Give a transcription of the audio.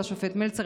לשופט מלצר,